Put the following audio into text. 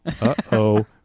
uh-oh